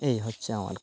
এই হচ্ছে আমার